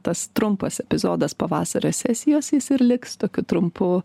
tas trumpas epizodas pavasario sesijos jis ir liks tokiu trumpu